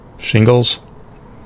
Shingles